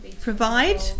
provide